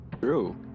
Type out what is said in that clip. True